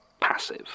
passive